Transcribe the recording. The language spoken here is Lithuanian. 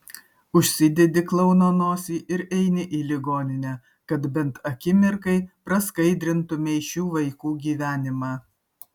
užsidedi klouno nosį ir eini į ligoninę kad bent akimirkai praskaidrintumei šių vaikų gyvenimą